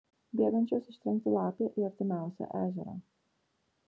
bėgančios ištrenkti lapę į artimiausią ežerą